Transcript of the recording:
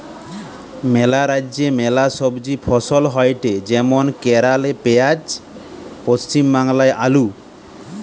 ম্যালা রাজ্যে ম্যালা সবজি ফসল হয়টে যেমন কেরালে পেঁয়াজ, পশ্চিম বাংলায় আলু